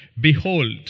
Behold